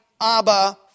Abba